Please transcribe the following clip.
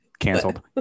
Canceled